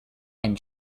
and